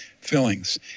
fillings